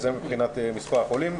זה מבחינת מספר החולים.